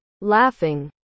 Laughing